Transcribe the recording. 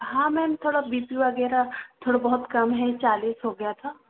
हाँ मैम थोड़ा B P वगैरह थोड़ा बहुत कम है चालीस हो गया था